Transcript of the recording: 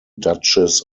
duchess